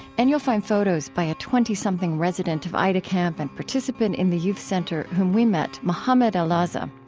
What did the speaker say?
and you'll find photos by a twentysomething resident of aida camp and participant in the youth center, whom we met, mohammed al ah so um